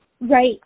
right